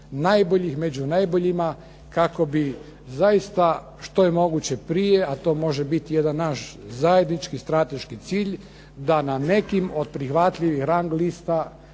najboljih među najboljima kako bi zaista što je moguće prije, a to može biti jedan naš zajednički strateški cilj da na nekim od prihvatljivih rang lista